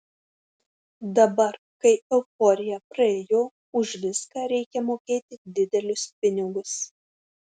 dabar kai euforija praėjo už viską reikia mokėti didelius pinigus